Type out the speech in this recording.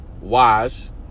wise